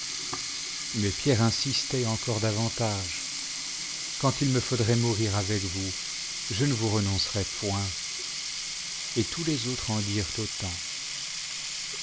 mais pierre insistait encore davantage quand il me faudrait mourir avec vous je ne vous renoncerai point et tous les autres en dirent autant